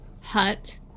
hut